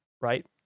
right